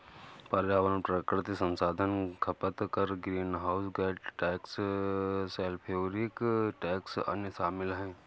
पर्यावरण प्राकृतिक संसाधन खपत कर, greenhouse gas tax, sulphuric tax, अन्य शामिल हैं